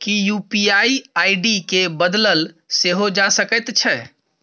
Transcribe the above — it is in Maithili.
कि यू.पी.आई आई.डी केँ बदलल सेहो जा सकैत छै?